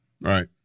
right